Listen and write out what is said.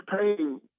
paying